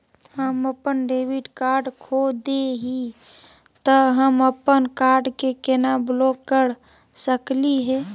हम अपन debit card खो दे ही, त हम अप्पन कार्ड के केना ब्लॉक कर सकली हे?